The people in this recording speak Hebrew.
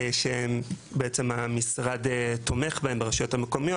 שהם בעצם המשרד תומך בהם ברשויות המקומיות.